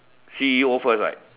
C_E_O first right